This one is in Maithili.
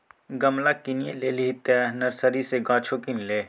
गमला किनिये लेलही तँ नर्सरी सँ गाछो किन ले